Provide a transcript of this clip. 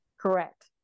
Correct